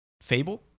Fable